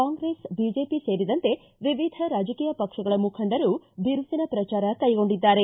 Congress BJP ಸೇರಿದಂತೆ ವಿವಿಧ ರಾಜಕೀಯ ಪಕ್ಷಗಳ ಮುಖಂಡರು ಬಿರುಸಿನ ಪ್ರಚಾರ ಕೈಗೊಂಡಿದ್ದಾರೆ